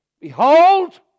Behold